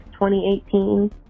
2018